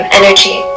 energy